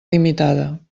limitada